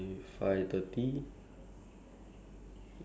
ya but is alright lah I don't I don't mind being late a bit